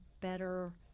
better